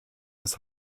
des